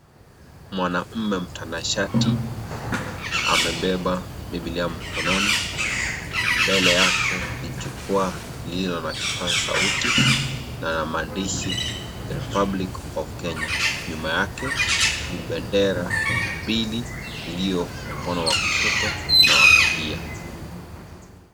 Mwanaume mtanashati amebeba bibilia mkononi mbele yake ni jukwaa lililo na kipasa sauti na maandishi republic of kenya , nyuma yake ni bendera mbili iliyo mkono wa kushoto na kulia.